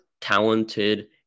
talented